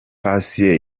patient